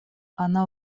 она